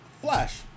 Flash